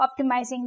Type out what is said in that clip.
optimizing